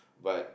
but